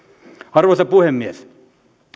arvoisa puhemies